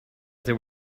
there